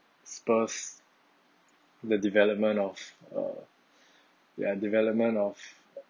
spurs the development of uh the development of